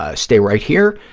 ah stay right here,